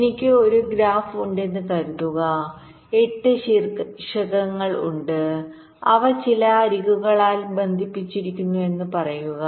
എനിക്ക് ഒരു ഗ്രാഫ് ഉണ്ടെന്ന് കരുതുക 8 ശീർഷകങ്ങൾ ഉണ്ട് അവ ചില അരികുകളാൽ ബന്ധിപ്പിച്ചിരിക്കുന്നുവെന്ന് പറയുക